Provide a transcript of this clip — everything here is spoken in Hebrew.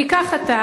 תיקח אתה,